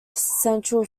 central